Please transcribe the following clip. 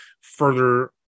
further